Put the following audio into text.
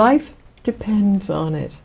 life depends on it